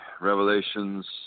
revelations